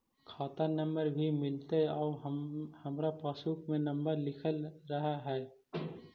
खाता नंबर भी मिलतै आउ हमरा पासबुक में नंबर लिखल रह है?